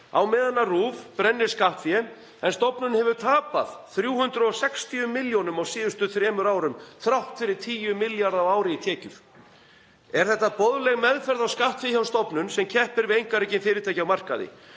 á meðan RÚV brennir skattfé, en stofnunin hefur tapað 360 milljónum á síðustu þremur árum þrátt fyrir 10 milljarða á ári í tekjur. Er þetta boðleg meðferð á skattfé hjá stofnun sem keppir við einkarekin fyrirtæki á markaði?